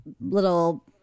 little